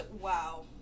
Wow